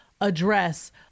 address